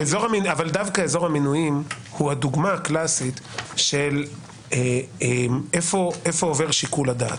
דווקא אזור המינויים הוא הדוגמה הקלאסית של איפה עובר שיקול הדעת.